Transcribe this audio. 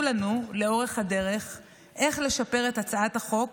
לנו לאורך הדרך איך לשפר את הצעת החוק